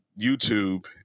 YouTube